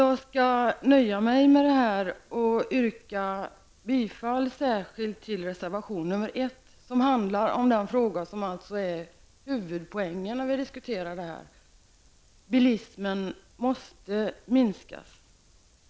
Jag skall nöja mig med detta och yrka bifall särskilt till reservation nr 1, som handlar om den fråga som är huvudpoängen när vi diskuterar detta. Bilismen måste minskas.